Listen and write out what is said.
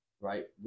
right